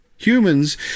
Humans